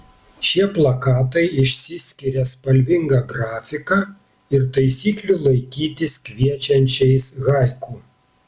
šie plakatai išsiskiria spalvinga grafika ir taisyklių laikytis kviečiančiais haiku